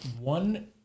One